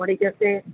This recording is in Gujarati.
મળી જશે